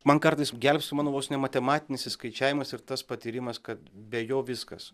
man kartais gelbsti mano vos ne matematinis išskaičiavimas tas patyrimas kad be jo viskas